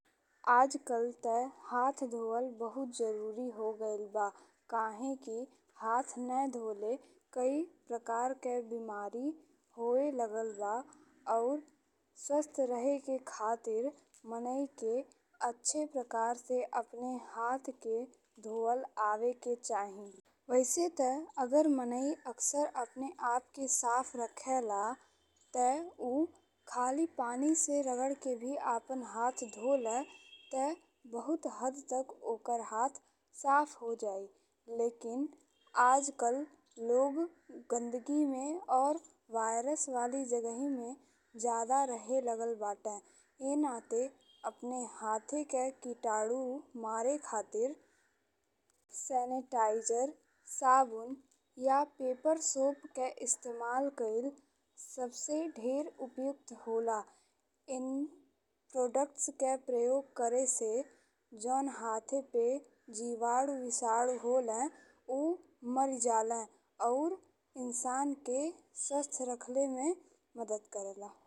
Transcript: आजकाल ते हाथ धोअल बहुत जरूरी हो गइल बा, काहेकि हाथ न धोले कइ प्रकार के बीमारी होए लागल बा अउर अउर स्वास्थ्य रहे के खातिर मने के अच्छे प्रकार से अपने हाथ के धोअल आवेक चाही। वैसे ते अगर मने अक्सर अपने आप के साफ रखेला ते उ खाली पानी से भी रगड़ी के आपन हाथ धो ले ते बहुत हद तक ओकर हाथ साफ हो जाए, लेकिन आजकल लोग गंदगी में और वायरस वाले जगहिह में जादा रहे लगल बाटे। एही नाते अपने हाथे के कीटाणु मारे खातिर सेनिटाइजर, साबुन या पेपर सोप के इस्तेमाल कइल सबसे ढेर उपयुक्त होला। एन प्रोडक्ट्स के प्रयोग करे से जौन हाथे पे जीवन विष्णु होले मरी जाले और इंसान के स्वास्थ्य रखले में मदद करेला।